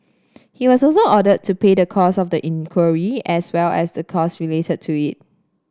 he was also ordered to pay the costs of the inquiry as well as the costs related to it